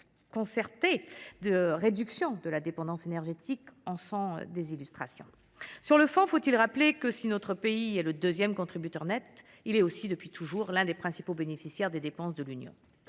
concerté de réduction de la dépendance énergétique en sont l’illustration. Sur le fond, faut il rappeler que, si notre pays est le deuxième contributeur net, il est aussi depuis toujours l’un des principaux bénéficiaires des dépenses de l’Union